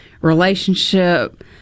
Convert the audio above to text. relationship